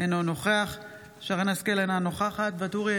אינה נוכחת אלי דלל,